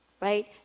right